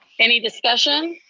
any discussion?